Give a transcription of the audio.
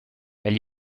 elle